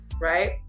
right